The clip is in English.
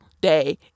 day